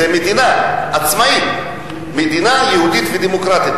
זו מדינה, עצמאית, מדינה יהודית ודמוקרטית.